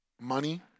money